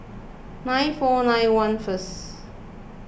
nine four nine one first